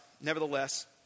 nevertheless